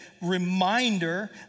reminder